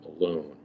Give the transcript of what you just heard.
alone